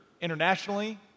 internationally